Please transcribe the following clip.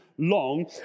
long